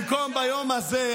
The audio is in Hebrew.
במקום ביום הזה,